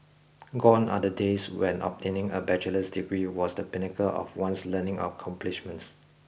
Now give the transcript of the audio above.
gone are the days when obtaining a bachelor's degree was the pinnacle of one's learning accomplishments